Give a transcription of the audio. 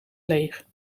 leeg